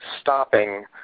stopping